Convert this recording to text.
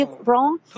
wrong